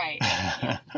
Right